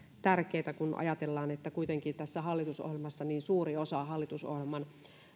tärkeitä kun ajatellaan että kuitenkin tässä hallitusohjelmassa niin suuri osa hallitusohjelman